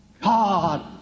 God